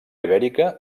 ibèrica